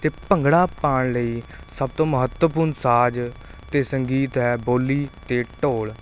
ਅਤੇ ਭੰਗੜਾ ਪਾਉਣ ਲਈ ਸਭ ਤੋਂ ਮਹੱਤਵਪੂਰਨ ਸਾਜ਼ ਅਤੇ ਸੰਗੀਤ ਹੈ ਬੋਲੀ ਅਤੇ ਢੋਲ